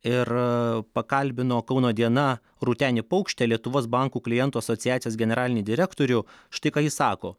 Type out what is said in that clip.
ir pakalbino kauno diena rūtenį paukštę lietuvos bankų klientų asociacijos generalinį direktorių štai ką jis sako